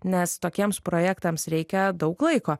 nes tokiems projektams reikia daug laiko